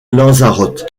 lanzarote